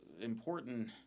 Important